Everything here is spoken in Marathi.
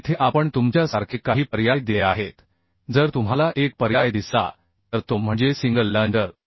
येथे आपण तुमच्यासारखे काही पर्याय दिले आहेत जर तुम्हाला एक पर्याय दिसला तर तो म्हणजे सिंगल लँजर